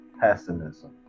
pessimism